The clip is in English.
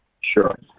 sure